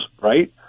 right